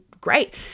great